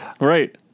Right